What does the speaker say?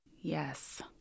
Yes